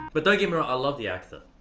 but like you know i love the actor.